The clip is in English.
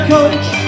coach